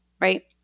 right